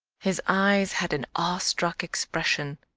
his eyes had an awestruck expression.